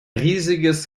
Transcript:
riesiges